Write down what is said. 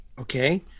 Okay